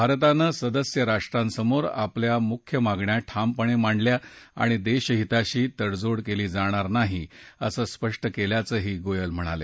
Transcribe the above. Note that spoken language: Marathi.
भारतानं सदस्य राष्ट्रांसमोर आपल्या मुख्य मागण्या ठामपणे मांडल्या अणि देशहिताशी तडजोड केली जाणार नाही असं स्पष्ट केल्याचंही गोयल म्हणाले